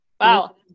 Wow